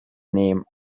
name